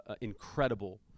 incredible